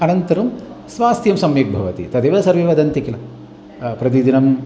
अनन्तरं स्वास्थ्यं सम्यक् भवति तदेव सर्वे वदन्ति किल प्रतिदिनम्